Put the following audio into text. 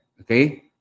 Okay